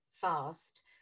fast